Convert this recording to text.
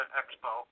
expo